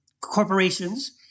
corporations